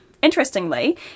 Interestingly